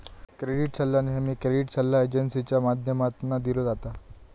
credit सल्ला नेहमी credit सल्ला एजेंसींच्या माध्यमातना दिलो जाता